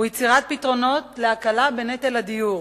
הוא יצירת פתרונות להקלת נטל הדיור.